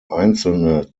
einzelne